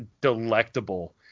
delectable